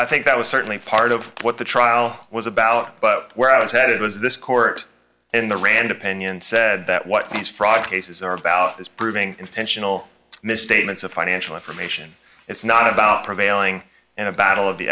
i think that was certainly part of what the trial was about but where i was headed was this court in the rand opinion said that what he's fraud cases are about is proving intentional misstatements of financial information it's not about prevailing in a battle of the